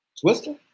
Twister